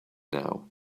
now